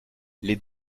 les